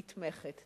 נתמכת.